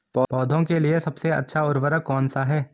पौधों के लिए सबसे अच्छा उर्वरक कौनसा हैं?